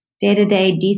day-to-day